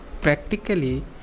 Practically